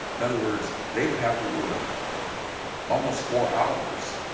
in other words, they would have to work almost four hours